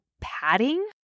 padding